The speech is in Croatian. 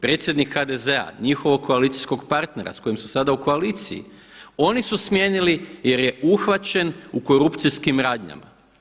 Predsjednik HDZ-a, njihovog koalicijskog partnera s kojim su sada u koaliciji oni su smijenili jer je uhvaćen u korupcijskim radnjama.